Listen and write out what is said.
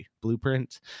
blueprint